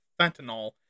fentanyl